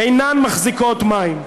אינן מחזיקות מים,